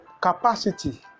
capacity